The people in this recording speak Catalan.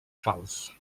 fals